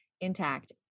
intact